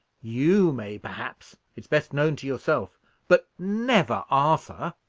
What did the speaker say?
you may, perhaps it's best known to yourself but never arthur.